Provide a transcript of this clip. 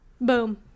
Boom